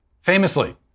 famously